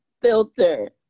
filter